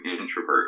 introvert